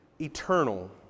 Eternal